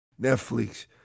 Netflix